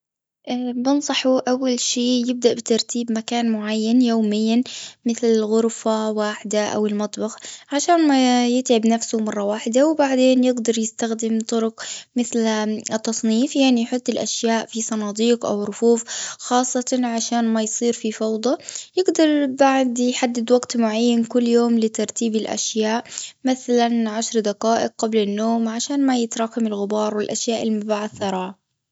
اه بننصحه أول شيء يبدأ بترتيب مكان معين يوميا. مثل الغرفة واحدة أو المطبخ. عشان ما يتعب نفسه مرة واحدة وبعدين يقدر يستخدم طرق مثلا التصنيف. يعني يحط الأشياء في صناديق أو رفوف. خاصة عشان ما يصير في فوضى. يقدر بعد يحدد وقت معين كل يوم لترتيب الأشياء. مثلا عشر دقائق قبل النوم عشان ما يتراكم الغبار والأشياء المبعثرة.